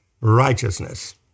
righteousness